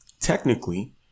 Technically